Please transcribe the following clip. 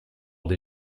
des